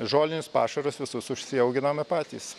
žolinius pašarus visus užsiauginame patys